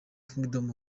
kingdom